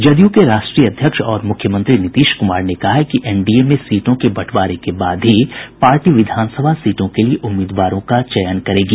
जदयू के राष्ट्रीय अध्यक्ष और मुख्यमंत्री नीतीश कुमार ने कहा है कि एनडीए में सीटों के बंटवारे के बाद ही पार्टी विधानसभा सीटों के लिये उम्मीदवारों का चयन करेगी